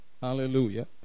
hallelujah